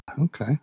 okay